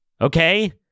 okay